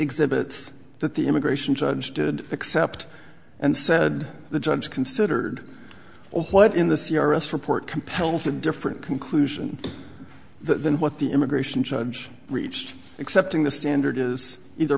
exhibits that the immigration judge did accept and said the judge considered or what in the c r s report compels a different conclusion than what the immigration judge reached accepting the standard is either